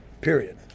period